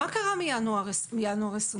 מה קרה מינואר 2021?